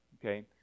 Okay